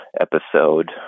episode